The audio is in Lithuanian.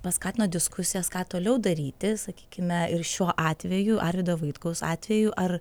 paskatino diskusijas ką toliau daryti sakykime ir šiuo atveju arvydo vaitkaus atveju ar